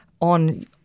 on